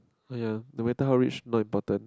oh ya no matter how rich not important